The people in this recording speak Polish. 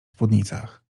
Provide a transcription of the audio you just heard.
spódnicach